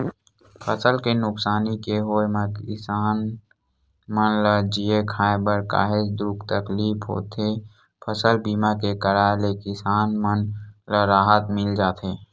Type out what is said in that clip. फसल के नुकसानी के होय म किसान मन ल जीए खांए बर काहेच दुख तकलीफ होथे फसल बीमा के कराय ले किसान मन ल राहत मिल जाथे